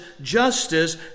justice